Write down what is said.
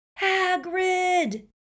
Hagrid